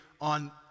on